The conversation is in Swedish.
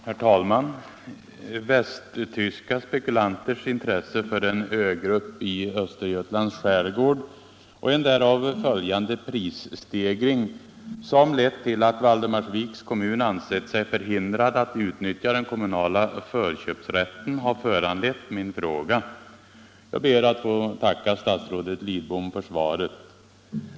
Herr talman! Västtyska spekulanters intresse för en ögrupp i Öster götlands skärgård och en därav följande prisstegring som lett till att Valdemarsviks kommun ansett sig förhindrad att utnyttja den kommunala förköpsrätten har föranlett min fråga. Jag ber att få tacka statsrådet Lidbom för svaret.